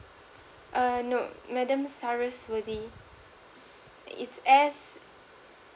err nope madam saraswathy it's S